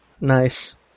Nice